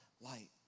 light